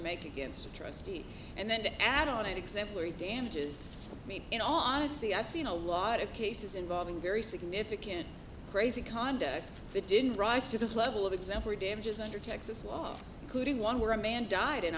make against a trustee and then to add on an exemplary damages me in all honesty i've seen a lot of cases involving very significant crazy conduct that didn't rise to this level of example or damages under texas law could be one where a man died and